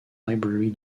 library